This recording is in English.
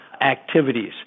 activities